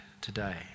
today